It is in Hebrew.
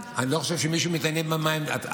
אני לא חושב שמישהו מתעניין מהי עמדתי.